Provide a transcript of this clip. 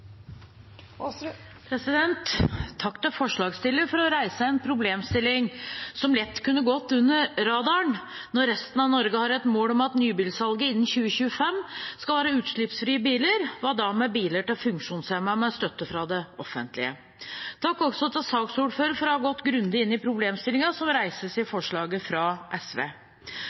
til forslagsstillerne for å reise en problemstilling som lett kunne gått under radaren. Når resten av Norge har et mål om at nybilsalget innen 2025 skal være utslippsfrie biler, hva da med biler til funksjonshemmede med støtte fra det offentlige? Takk også til saksordføreren for å ha gått grundig inn i problemstillingen som reises i forslaget fra SV.